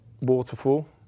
Waterfall